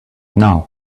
now